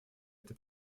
это